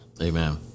Amen